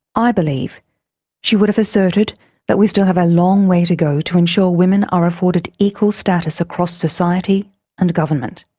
i believe she would have asserted that we still have a long way to go to ensure women are afforded equal status across society and government